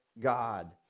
God